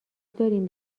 داریم